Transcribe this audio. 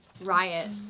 Riot